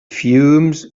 fumes